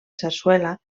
sarsuela